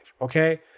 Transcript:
okay